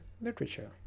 literature